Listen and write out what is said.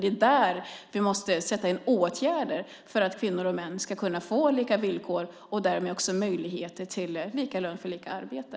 Det är där vi måste sätta in åtgärder för att kvinnor och män ska kunna få lika villkor och därigenom också möjlighet till lika lön för lika arbete.